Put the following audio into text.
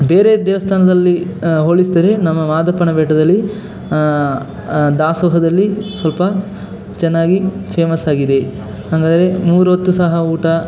ಬೇರೆ ದೇವಸ್ಥಾನದಲ್ಲಿ ಹೋಲಿಸಿದರೆ ನಮ್ಮ ಮಾದಪ್ಪನ ಬೆಟ್ಟದಲ್ಲಿ ದಾಸೋಹದಲ್ಲಿ ಸ್ವಲ್ಪ ಚೆನ್ನಾಗಿ ಫೇಮಸ್ಸಾಗಿದೆ ಹಂಗದ್ರೆ ಮೂರು ಹೊತ್ತು ಸಹ ಊಟ